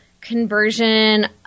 conversion